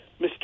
Mr